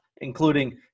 including